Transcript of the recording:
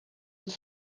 het